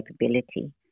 capability